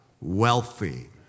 wealthy